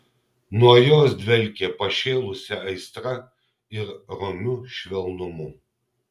nuo jos dvelkė pašėlusia aistra ir romiu švelnumu